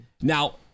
Now